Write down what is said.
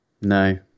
No